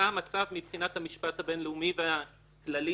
מה המצב מבחינת המשפט הבינלאומי והכללים